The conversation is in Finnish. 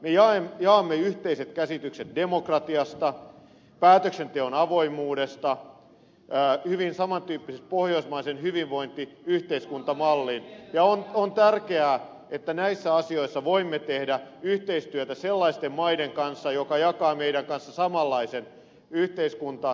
me jaamme yhteiset käsitykset demokratiasta päätöksenteon avoimuudesta hyvin saman tyyppisen pohjoismaisen hyvinvointiyhteiskuntamallin ja on tärkeää että näissä asioissa voimme tehdä yhteistyötä sellaisten maiden kanssa jotka jakavat meidän kanssamme samanlaisen yhteiskuntamallin ja ajattelun